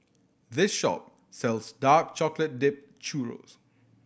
this shop sells dark chocolate dipped churro